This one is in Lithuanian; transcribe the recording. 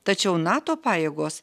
tačiau nato pajėgos